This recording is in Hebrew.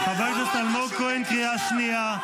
--- חבר הכנסת אלמוג כהן, קריאה שנייה.